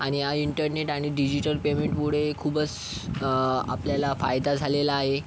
आणि या इंटरनेट आणि डिजिटल पेमेंटमुळे खूपच आपल्याला फायदा झालेला आहे